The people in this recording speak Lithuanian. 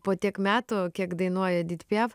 po tiek metų kiek dainuoja edit piaf